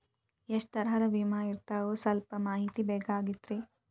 ಎಷ್ಟ ತರಹದ ವಿಮಾ ಇರ್ತಾವ ಸಲ್ಪ ಮಾಹಿತಿ ಬೇಕಾಗಿತ್ರಿ